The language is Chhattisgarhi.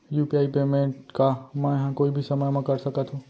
यू.पी.आई पेमेंट का मैं ह कोई भी समय म कर सकत हो?